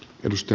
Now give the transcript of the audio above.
kiitos